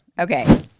Okay